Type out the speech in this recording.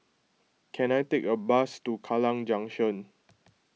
can I take a bus to Kallang Junction